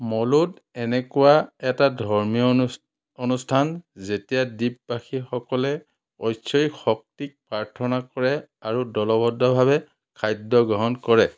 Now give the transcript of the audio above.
মৌলুদ এনেকুৱা এটা ধৰ্মীয় অনুচ অনুষ্ঠান যেতিয়া দ্বীপবাসীসকলে ঐশ্বৰিক শক্তিক প্ৰাৰ্থনা কৰে আৰু দলবদ্ধভাৱে খাদ্য গ্ৰহণ কৰে